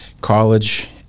college